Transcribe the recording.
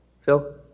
Phil